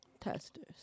testers